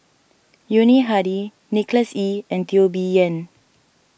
Yuni Hadi Nicholas Ee and Teo Bee Yen